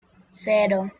cero